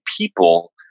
people